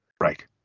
Right